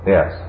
Yes